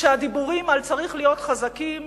הוא שהדיבורים על צריך להיות חזקים,